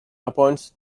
appoints